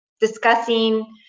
discussing